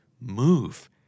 move